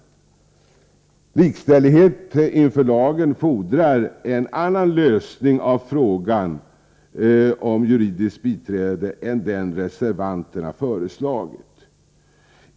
Likställighet inför lagen fordrar en annan lösning av frågan om juridiskt biträde än den reservanterna föreslagit.